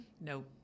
No